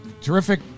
terrific